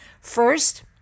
First